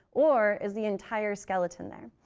or is the entire skeleton there?